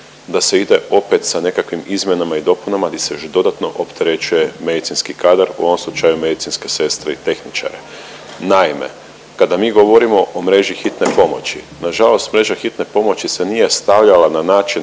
da se ide opet sa nekakvim izmjenama i dopunama di se još dodatno opterećuje medicinski kadar u ovom slučaju medicinske sestre i tehničare. Naime, kada mi govorimo o mreži hitne pomoći, nažalost mreža hitne pomoći se nije stavljala na način